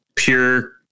Pure